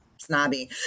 snobby